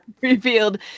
revealed